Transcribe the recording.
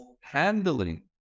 handling